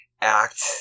act